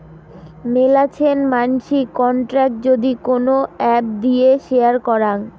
মেলাছেন মানসি কন্টাক্ট যদি কোন এপ্ দিয়ে শেয়ার করাং